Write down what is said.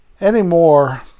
Anymore